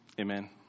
Amen